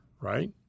right